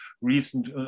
recent